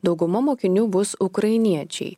dauguma mokinių bus ukrainiečiai